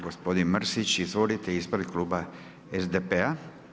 Gospodin Mrsić, izvolite, ispred kluba SDP-a.